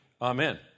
Amen